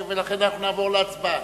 ולכן נעבור להצבעה.